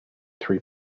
three